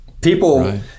People